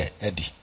Eddie